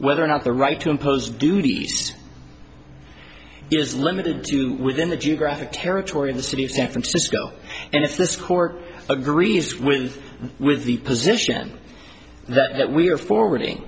whether or not the right to impose duty it is limited to within the geographic territory of the city of san francisco and if this court agrees with with the position that we are forwarding